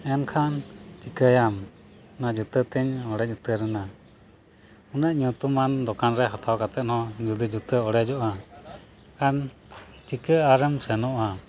ᱮᱱᱠᱷᱟᱱ ᱪᱤᱠᱟᱹᱭᱟᱢ ᱚᱱᱟ ᱡᱩᱛᱟᱹᱛᱤᱧ ᱚᱲᱮᱡ ᱩᱛᱟᱹᱨᱮᱱᱟ ᱩᱱᱟᱹᱜ ᱧᱩᱛᱩᱢᱟᱱ ᱫᱚᱠᱟᱱ ᱨᱮ ᱦᱟᱛᱟᱣ ᱠᱟᱛᱮᱫ ᱦᱚᱸ ᱡᱚᱫᱤ ᱡᱩᱛᱟᱹ ᱚᱲᱮᱡᱚᱜᱼᱟ ᱮᱱᱠᱷᱟᱱ ᱪᱤᱠᱟᱹ ᱟᱨᱮᱢ ᱥᱮᱱᱚᱜᱼᱟ